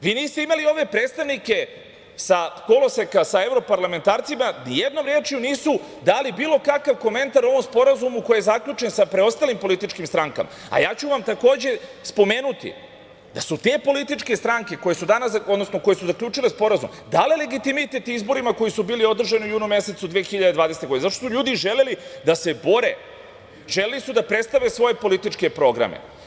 Vi niste imali ove predstavnike sa koloseka sa evroparlamentarcima, nijednom rečju nisu dali bilo kakav komentar u ovom sporazumu koji je zaključen sa preostalim političkim strankama, a ja ću vam takođe spomenuti da su te političke stranke, koje su zaključile sporazum, dali legitimitet izborima koji su bili održani u junu mesecu 2020. godine zato što su ljudi želeli da se bore, želeli su da predstave svoje političke programe.